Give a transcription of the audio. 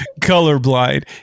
colorblind